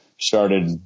started